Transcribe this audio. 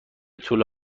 توله